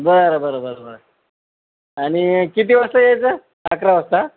बरं बरं बरं बरं आणि किती वाजता यायचं अकरा वाजता